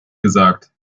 gesagt